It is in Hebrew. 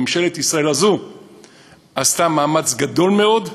ממשלת ישראל הזו עשתה מאמץ גדול מאוד והכניסה,